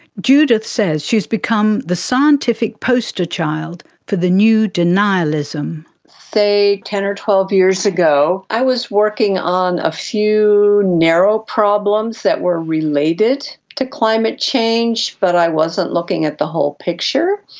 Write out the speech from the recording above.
judith says she has become the scientific poster child for the new denialism. say ten or twelve years ago, i was working on a few narrow problems that were related to climate change, but i wasn't looking at the whole picture.